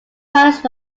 palace